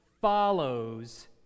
follows